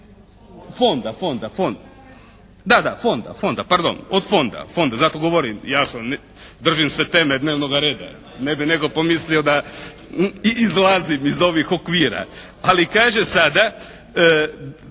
Fonda, Fonda, Fonda, da, da, pardon, od Fonda, Fonda, zato govorim jasno, držim se teme dnevnoga reda. Da ne bi netko pomislio da izlazim iz ovih okvira. Ali kaže sada